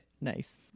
Nice